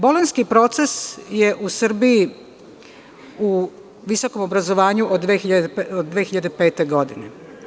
Bolonjski proces je u Srbiji u visokom obrazovanju od 2005. godine.